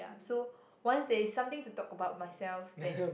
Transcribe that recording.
so once there is something to talk about myself then